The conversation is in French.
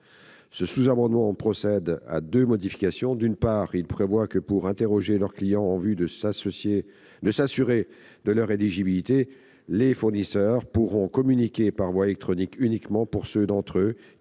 ce sous-amendement vise à procéder à deux modifications. D'une part, il tend à prévoir que, pour interroger leurs clients en vue de s'assurer de leur éligibilité, les fournisseurs pourront communiquer par voie électronique uniquement avec ceux d'entre eux